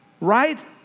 Right